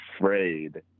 afraid